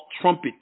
trumpet